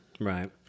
right